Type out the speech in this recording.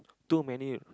too many